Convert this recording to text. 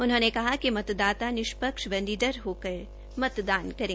उन्होंने कहा कि मतदाता निष्पक्ष व निडर होकर मतदान करें